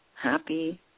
Happy